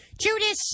Judas